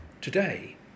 Today